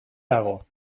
dago